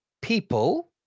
people